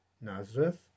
Nazareth